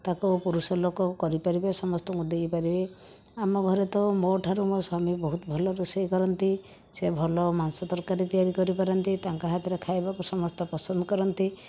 ତାକୁ ପୁରୁଷ ଲୋକ କରି ପାରିବେ ସମସ୍ତଙ୍କୁ ଦେଇ ପାରିବେ ଆମ ଘରେ ତ ମୋ' ଠାରୁ ମୋ' ସ୍ୱାମୀ ବହୁତ ଭଲ ରୋଷେଇ କରନ୍ତି ସେ ଭଲ ମାଂସ ତରକାରୀ ତିଆରି କରି ପାରନ୍ତି ତାଙ୍କ ହାତରେ ଖାଇବାକୁ ସମସ୍ତେ ପସନ୍ଦ କରନ୍ତି